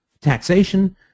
taxation